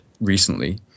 recently